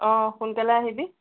অ' সোনকালে আহিবি